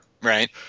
Right